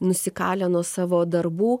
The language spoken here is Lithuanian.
nusikalę nuo savo darbų